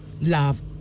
love